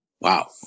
Wow